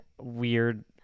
weird